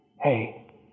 Hey